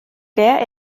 der